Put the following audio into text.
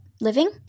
living